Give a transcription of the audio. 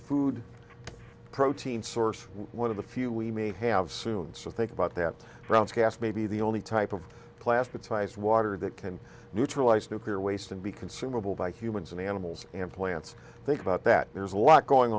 food protein source one of the few we may have soon so think about that maybe the only type of plastic ties water that can neutralize nuclear waste and be consumable by humans and animals and plants think about that there's a lot going